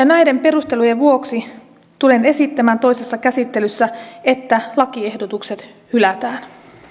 näiden perustelujen vuoksi tulen esittämään toisessa käsittelyssä että lakiehdotukset hylätään